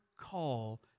call